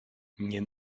nie